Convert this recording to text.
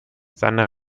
seine